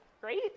Great